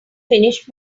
finished